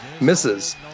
misses